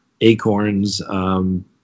acorns